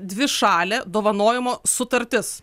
dvišalė dovanojimo sutartis